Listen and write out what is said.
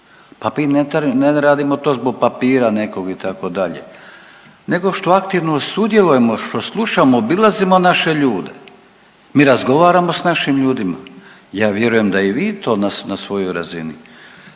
Pa ne radimo to zbog papira nekog, itd. nego što aktivno sudjelujemo, što slušamo, obilazimo naše ljude. Mi razgovaramo s našim ljudima, ja vjerujem da i vi to na svojoj razini.